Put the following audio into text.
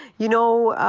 you know,